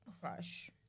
crush